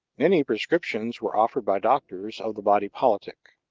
many prescriptions were offered by doctors of the body politic.